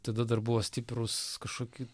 tada dar buvo stiprūs kažkokie